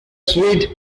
sweet